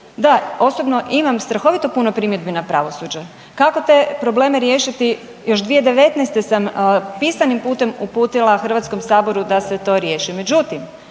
da osobno imam strahovito puno primjedbi na pravosuđe, kako te probleme riješiti još 2019. sam pisanim putem uputila Hrvatskom saboru da se to riješi. Međutim,